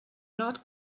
not